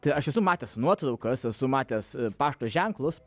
tai aš esu matęs nuotraukas esu matęs pašto ženklus